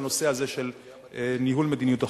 לנושא הזה של ניהול מדיניות החוץ.